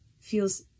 feels